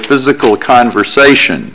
physical conversation